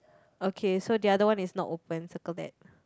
okay so the other one is not open circle that